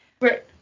right